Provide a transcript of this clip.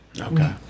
Okay